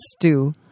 stew